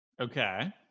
Okay